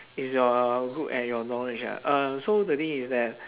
is your good at your knowledge ah uh so the thing is that